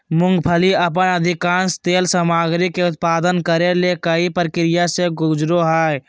मूंगफली अपन अधिकांश तेल सामग्री के उत्पादन करे ले कई प्रक्रिया से गुजरो हइ